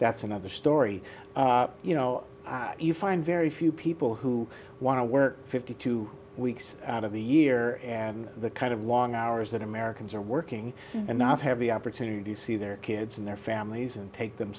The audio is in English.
that's another story you know you find very few people who want to work fifty two weeks out of the year and the kind of long hours that americans are working and not have the opportunity to see their kids and their families and take them